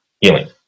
healing